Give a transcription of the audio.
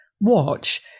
watch